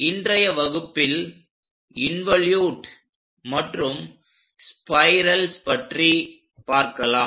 இன்றைய வகுப்பில் இன்வோளுட் மற்றும் ஸ்பைரல்ஸ் பற்றி பார்க்கலாம்